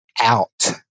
out